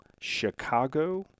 chicago